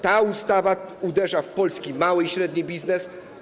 Ta ustawa uderza w polski mały i średni biznes.